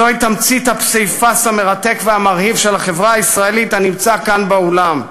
זוהי תמצית הפסיפס המרתק והמרהיב של החברה הישראלית הנמצא כאן באולם.